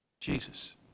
Jesus